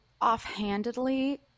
offhandedly